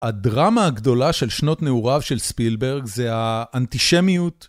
הדרמה הגדולה של שנות נעוריו של ספילברג זה האנטישמיות.